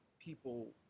people